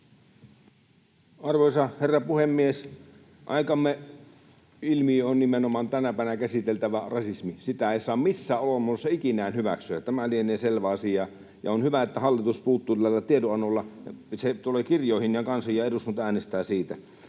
Arvoisa herra puhemies! Aikamme ilmiö on nimenomaan tänäpänä käsiteltävä rasismi. Sitä ei saa missään olomuodossa ikinään hyväksyä — tämä lienee selvä asia — ja on hyvä, että hallitus puuttuu tällä tiedonannolla tähän, niin että se tulee kirjoihin ja kansiin ja eduskunta äänestää siitä.